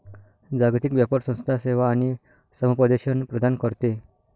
जागतिक व्यापार संस्था सेवा आणि समुपदेशन प्रदान करते